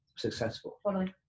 successful